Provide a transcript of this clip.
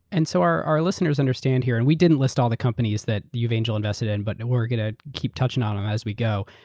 and so our our listeners understand here, and we didn't list all the companies that you've angel invested in, but now we're going to keep touching on it um as we go.